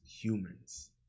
humans